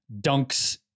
dunks